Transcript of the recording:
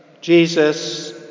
Jesus